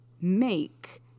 make